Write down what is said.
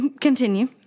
Continue